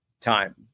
time